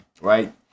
right